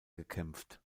gekämpft